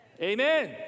Amen